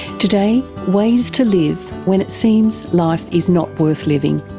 today, ways to live when it seems life is not worth living.